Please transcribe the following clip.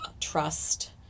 trust